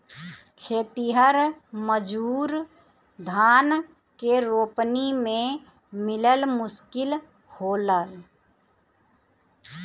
खेतिहर मजूर धान के रोपनी में मिलल मुश्किल होलन